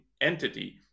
entity